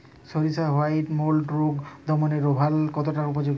সরিষার white mould রোগ দমনে রোভরাল কতটা উপযোগী?